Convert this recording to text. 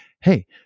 Hey